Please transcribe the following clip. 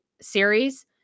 series